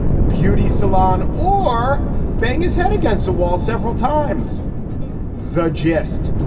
beauty salon or bang his head against the wall several times the jest.